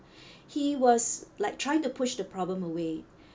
he was like trying to push the problem away